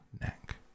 neck